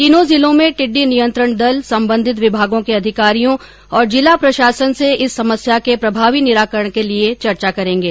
तीनों जिलों में टिड्डी नियंत्रण दल सम्बन्धित विभागों के अधिकारियों और जिला प्रशासन से इस समस्या के प्रभावी निराकरण के लिए चर्चा करेंगे